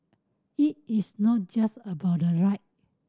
it is not just about the right